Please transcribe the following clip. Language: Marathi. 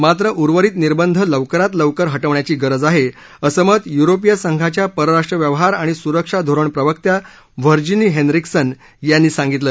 मात्र उर्वरित निर्बंध लवकरात लवकर हटवण्याची गरज आहे असं मत य्रोपीय संघाच्या परराष्ट्र व्यवहार आणि स्रक्षा धोरण प्रवक्त्या व्हर्जिनी हेनरिकसन यांनी सांगितलं